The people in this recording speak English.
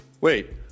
wait